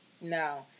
No